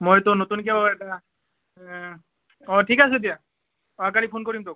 মইতো নতুনকৈ অঁ এটা অঁ ঠিক আছে দিয়া অহা কালি ফোন কৰিম তোক